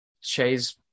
Shay's